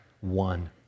one